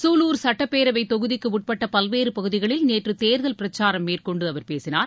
சூலூர் சட்டப்பேரவை தொகுதிக்குட்பட்ட பல்வேறு பகுதிகளில் நேற்று தேர்தல் பிரச்சாரம் மேற்கொண்டு அவர் பேசினார்